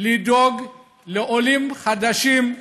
לדאוג לעולים חדשים,